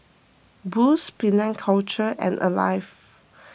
Boost Penang Culture and Alive